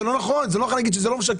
את לא יכולה להגיד שזה לא משקף,